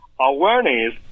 awareness